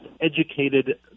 educated